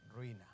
ruina